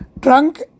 Trunk